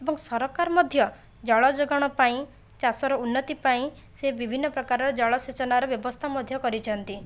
ଏବଂ ସରକାର ମଧ୍ୟ ଜଳ ଯୋଗାଣ ପାଇଁ ଚାଷର ଉନ୍ନତି ପାଇଁ ସେ ବିଭିନ୍ନ ପ୍ରକାରର ଜଳ ସେଚନର ବ୍ୟବସ୍ଥା ମଧ୍ୟ କରିଛନ୍ତି